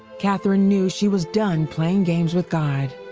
katherine knew she was done playing games with god.